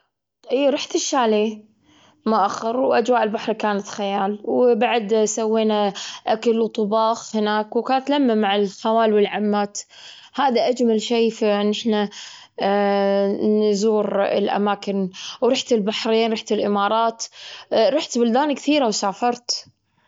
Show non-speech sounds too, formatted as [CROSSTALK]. مرة، انقطعت الكهربا علي وأنا لحالي، وصارت دراما. وبجيت، بجيت، [UNINTELLIGIBLE] وخفت وايد.